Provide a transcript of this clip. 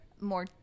more